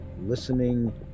listening